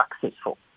successful